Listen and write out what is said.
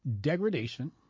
degradation